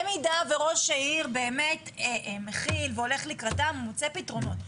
במידה וראש העיר באמת מכיל והולך לקראתם הוא מוצא פתרונות.